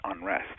unrest